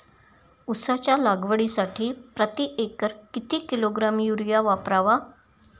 उसाच्या लागवडीसाठी प्रति एकर किती किलोग्रॅम युरिया वापरावा?